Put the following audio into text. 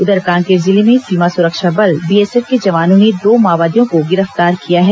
उधर कांकेर जिले में सीमा सुरक्षा बल बीएसएफ के जवानों ने दो माओवादियों को गिरफ्तार किया है